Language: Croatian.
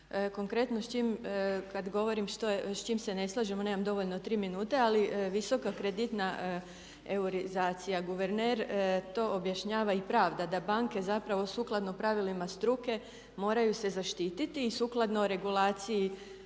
govorim s čim se ne slažemo nemam dovoljno 3 minute, ali visoka kreditna eurizacija guverner to objašnjava i pravda da banke zapravo sukladno pravilima struke moraju se zaštititi i sukladno regulaciji EU.